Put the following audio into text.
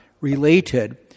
related